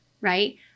right